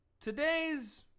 Today's